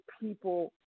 people